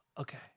okay